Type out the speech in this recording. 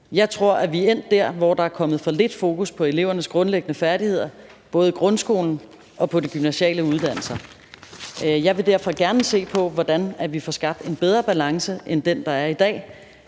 Jeg tror, at vi er endt der, hvor der er kommet for lidt fokus på elevernes grundlæggende færdigheder både i grundskolen op på de gymnasiale uddannelser. Jeg vil derfor gerne se på, hvordan vi får skabt en bedre balance end den, der er i dag.